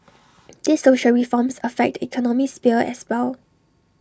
these social reforms affect the economic sphere as well